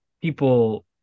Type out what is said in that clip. people